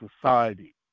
society